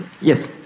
Yes